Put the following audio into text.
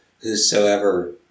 whosoever